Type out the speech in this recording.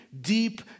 deep